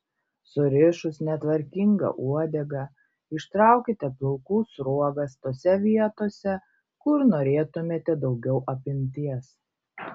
surišus netvarkingą uodegą ištraukite plaukų sruogas tose vietose kur norėtumėte daugiau apimties